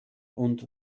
und